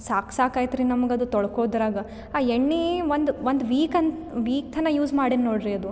ಸಾಕು ಸಾಕು ಐತ್ರಿ ನಮ್ಗೆ ಅದು ತೊಳ್ಕೊದ್ರಾಗೆ ಆ ಎಣ್ಣೆ ಒಂದು ಒಂದು ವೀಕ್ ಅಂತ ವೀಕ್ ಥನ ಯೂಸ್ ಮಾಡೀನಿ ನೋಡ್ರಿ ಅದು